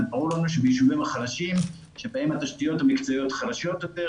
ברור לנו שביישובים החלשים שבהם התשתיות המקצועיות חלשות יותר,